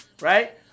right